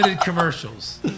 commercials